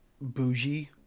bougie